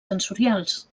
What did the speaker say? sensorials